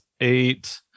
eight